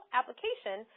application